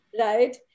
right